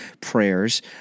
prayers